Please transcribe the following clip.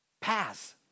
Pass